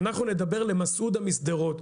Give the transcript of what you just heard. נדמה לי אנחנו נדבר למסעודה משדרות.